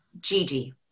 Gigi